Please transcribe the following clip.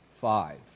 Five